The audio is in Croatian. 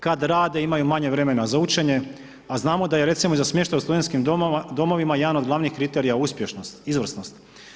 Kada rade imaju manje vremena za učenje, a znamo da je recimo za smještaj u studentskim domovima jedan od glavnih kriterija uspješnost, izvrsnost.